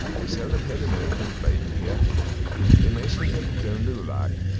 i seldom hae an american bidin' here they maistly gang doon the loch,